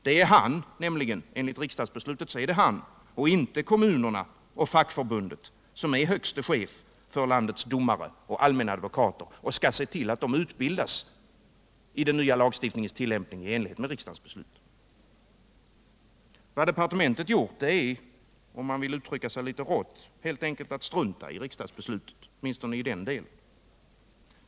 Det är nämligen han och inte kommunerna eller fackförbunden som är högste chef för landets domare och allmänna advokater, och han skall se till att de utbildas i den nya lagstiftningens tillämpning i enlighet med riksdagens beslut. Vad departementet gjort är, om man vill uttrycka sig litet hårt, helt enkelt att det struntat i riksdagens beslut, åtminstone i den delen.